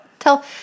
Tell